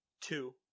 Two